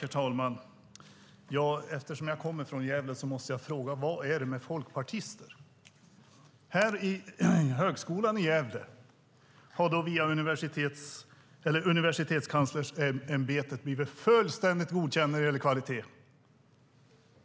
Herr talman! Eftersom jag kommer från Gävle måste jag fråga: Vad är det med folkpartister? Högskolan i Gävle har via Universitetskanslersämbetet blivit fullständigt godkänd när det gäller kvalitet.